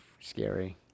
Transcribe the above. scary